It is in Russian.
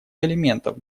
элементов